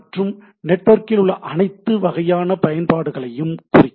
மற்றும் நெட்வொர்க்கில் உள்ள அனைத்து வகையான பயன்பாடுகளையும் குறிக்கும்